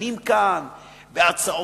נלחמים אם העברנו עוד חוק.